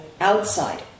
Outside